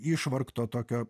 išvargto tokio